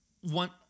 one